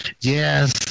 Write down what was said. Yes